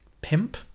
pimp